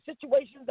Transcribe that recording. situations